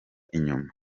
inyuma